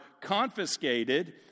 confiscated